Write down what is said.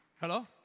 Hello